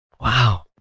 wow